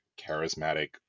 charismatic